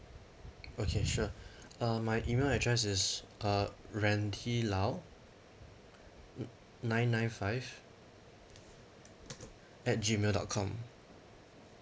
okay sure uh my email address is uh randy lau nine nine five at G mail dot com